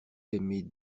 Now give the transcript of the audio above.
aimer